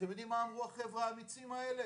אתם יודעים מה אמרו החבר'ה האמיצים האלה?